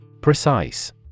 Precise